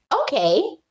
okay